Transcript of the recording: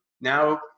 Now